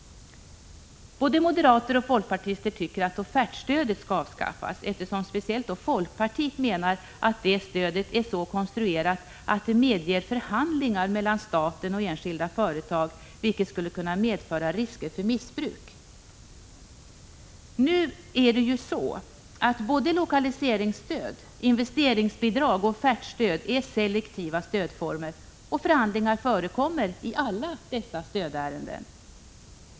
Både moderater och folkpartister tycker att offertstödet skall avskaffas, eftersom speciellt folkpartiet menar att detta stöd är så konstruerat att det medger förhandlingar mellan staten och enskilda företag, vilket skulle medföra risker för missbruk. Nu är det ju så att både lokaliseringsstöd, investeringsbidrag och offertstöd är selektiva stödformer, och förhandlingar förekommer i alla dessa stödärenden.